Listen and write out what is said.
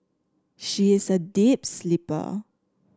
she is a deep sleeper